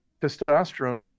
Testosterone